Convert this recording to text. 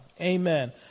Amen